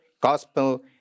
gospel